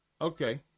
Okay